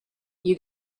you